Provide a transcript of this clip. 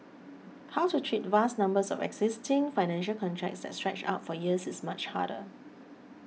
how to treat vast numbers of existing financial contracts that stretch out for years is much harder